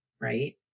right